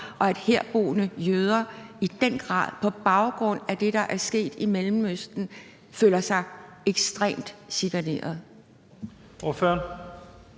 og at herboende jøder på baggrund af det, der er sket i Mellemøsten, føler sig ekstremt chikaneret?